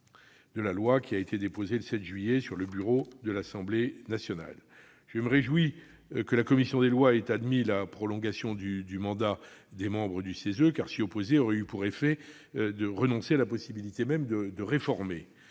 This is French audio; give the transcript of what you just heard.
qui a été déposé le 7 juillet dernier sur le bureau de l'Assemblée nationale. Je me réjouis que la commission des lois ait admis la prolongation du mandat des membres du CESE, car s'y opposer aurait eu pour effet de renoncer à la possibilité même de réformer